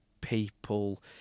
people